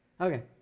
Okay